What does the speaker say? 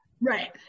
right